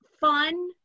fun